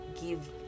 give